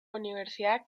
universidad